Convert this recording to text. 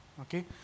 Okay